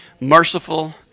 merciful